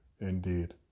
indeed